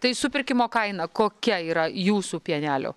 tai supirkimo kaina kokia yra jūsų pienelio